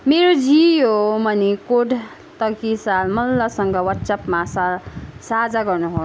मेरो Jio money code तगिसरा मल्लसँग वाट्सएपमा सा साझा गर्नुहोस्